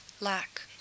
lack